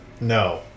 no